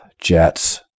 Jets